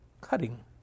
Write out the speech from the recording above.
cutting